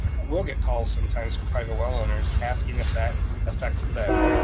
we'll get calls sometimes from private well owners asking if that affects them,